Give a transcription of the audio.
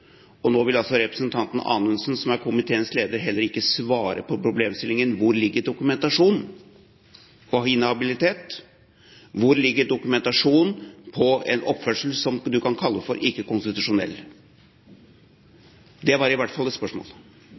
og nå vil altså representanten Anundsen, som er komiteens leder, heller ikke svare på problemstillingen: Hvor ligger dokumentasjonen på inhabilitet, hvor ligger dokumentasjonen på en oppførsel som du kan kalle for ikke konstitusjonell? Det var i hvert fall et spørsmål.